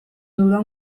dudan